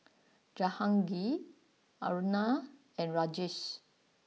Jahangir Aruna and Rajesh